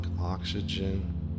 oxygen